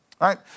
right